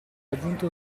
raggiunto